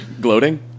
gloating